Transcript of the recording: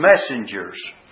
messengers